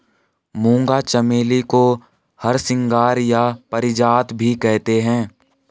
मूंगा चमेली को हरसिंगार या पारिजात भी कहते हैं